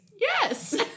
yes